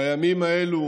בימים האלו